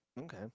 Okay